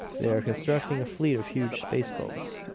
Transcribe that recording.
they are constructing a fleet of huge space-boats,